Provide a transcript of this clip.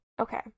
Okay